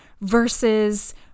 versus